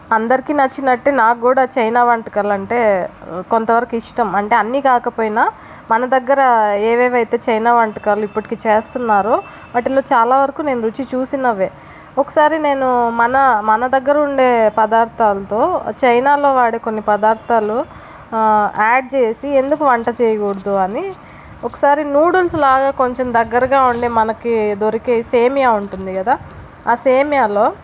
అందరికీ నచ్చినట్టు నాకు కూడా చైనా వంటకం అంటే కొంతవరకు ఇష్టం అంటే అన్ని కాకపోయినా మన దగ్గర ఏవేవైతే చైనా వంటకాలు ఇప్పటికి చేస్తున్నారో వాటిల్లో చాలా వరకు నేను రుచి చూసినవి ఒకసారి నేను మన మన దగ్గర ఉండే పదార్థాలతో చైనాలో వాడే కొన్ని పదార్థాలు యాడ్ చేసి ఎందుకు వంట చేయకూడదు అని ఒకసారి నూడుల్స్లాగా కొంచెం దగ్గరగా ఉండి మనకి దొరికే సేమియా ఉంటుంది కదా ఆ సేమియాలో